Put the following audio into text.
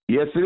Yes